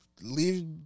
leave